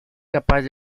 capaz